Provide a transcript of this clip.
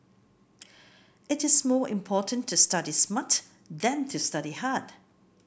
it is more important to study smart than to study hard